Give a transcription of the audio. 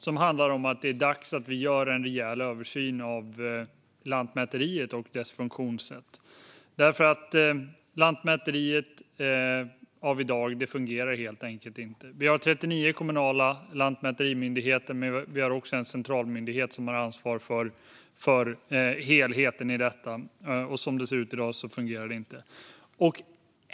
Den handlar om att det är dags att vi gör en rejäl översyn av Lantmäteriet och dess funktionssätt därför att Lantmäteriet av i dag helt enkelt inte fungerar. Vi har 39 kommunala lantmäterimyndigheter men också en centralmyndighet som har ansvar för helheten i detta, och som det ser ut i dag fungerar det inte.